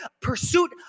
pursuit